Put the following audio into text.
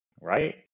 right